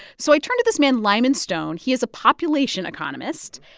so i turned to this man, lyman stone. he is a population economist.